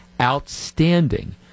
outstanding